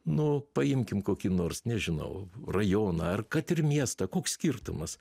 nu paimkim kokį nors nežinau rajoną ar kad ir miestą koks skirtumas